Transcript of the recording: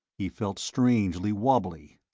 he felt strangely wobbly.